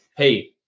hey